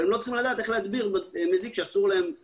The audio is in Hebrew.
אבל הם לא צריכים לדעת איך להדביר מזיק שאסור להם להדביר,